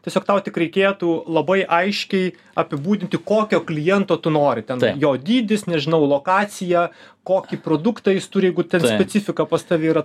tiesiog tau tik reikėtų labai aiškiai apibūdinti kokio kliento tu nori ten jo dydis nežinau lokacija kokį produktą jis turi jeigu ten specifika pas tave yra